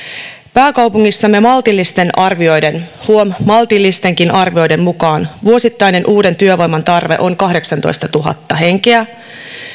pääkaupungissamme maltillisten arvioiden huom maltillistenkin arvioiden mukaan vuosittainen uuden työvoiman tarve on kahdeksantoistatuhatta henkeä